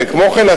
כמו כן,